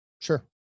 Sure